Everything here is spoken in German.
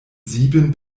sieben